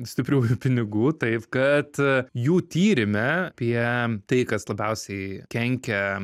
stipriųjų pinigų taip kad jų tyrime apie tai kas labiausiai kenkia